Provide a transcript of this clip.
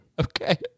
Okay